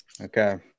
Okay